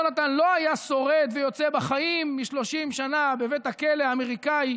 חלילה אם יונתן לא היה שורד ויוצא בחיים מ-30 שנה בבית הכלא האמריקאי